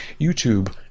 YouTube